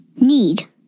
Need